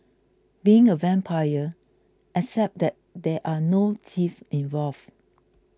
being a vampire except that there are no teeth involved